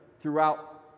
throughout